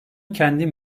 kendim